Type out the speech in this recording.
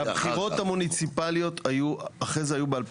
והבחירות המוניציפליות אחרי זה היו ב-2013.